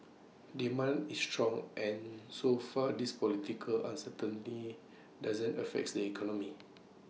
demand is strong and so far this political uncertainty doesn't affects the economy